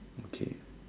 okay